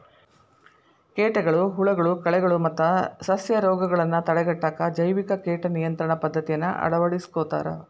ಕೇಟಗಳು, ಹುಳಗಳು, ಕಳೆಗಳು ಮತ್ತ ಸಸ್ಯರೋಗಗಳನ್ನ ತಡೆಗಟ್ಟಾಕ ಜೈವಿಕ ಕೇಟ ನಿಯಂತ್ರಣ ಪದ್ದತಿಯನ್ನ ಅಳವಡಿಸ್ಕೊತಾರ